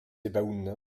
sebaoun